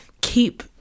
keep